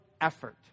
effort